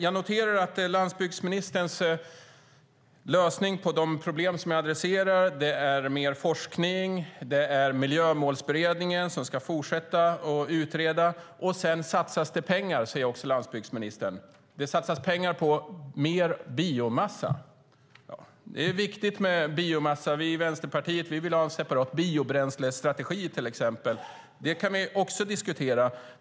Jag noterar att landsbygdsministerns lösning på de problem som jag adresserar är mer forskning och att Miljömålsberedningen ska fortsätta att utreda. Sedan satsas det pengar, säger landsbygdsministern. Det satsas pengar på mer biomassa. Det är viktigt med biomassa. Vi i Vänsterpartiet vill till exempel ha en separat biobränslestrategi; det kan vi också diskutera.